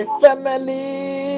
family